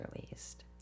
released